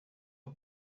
dos